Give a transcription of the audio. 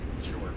sure